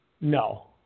No